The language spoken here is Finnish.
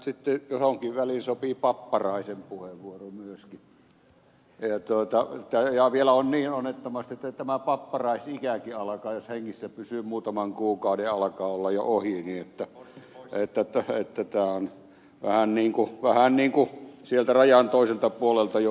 tähän johonkin väliin sopinee sitten papparaisen puheenvuoro myöskin ja vielä on niin onnettomasti että tämä papparaisikäkin jos hengissä pysyy muutaman kuukauden alkaa olla jo ohi niin että tämä on vähän niin kuin sieltä rajan toiselta puolelta jo ulvahdus maailmankaikkeuteen